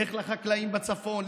לך לחקלאים בצפון,